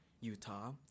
Utah